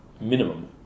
minimum